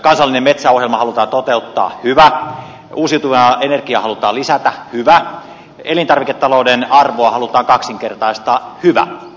kansallinen metsäohjelma halutaan toteuttaa hyvä uusiutuvaa energiaa halutaan lisätä hyvä elintarviketalouden arvoa halutaan kaksinkertaistaa hyvä